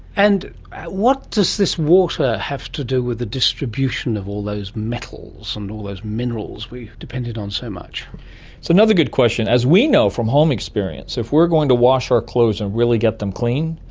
and what does this water have to do with the distribution of all those metals and all those minerals we've depended on so much? so another good question. as we know from home experience, if we're going to wash our clothes and really get them clean,